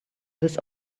this